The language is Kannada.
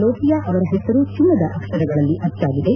ಲೋಹಿಯಾ ಅವರ ಹೆಸರು ಚಿನ್ನದ ಅಕ್ಷರಗಳಲ್ಲಿ ಅಚ್ಚಾಗಿದೆ